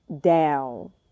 down